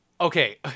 Okay